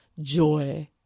joy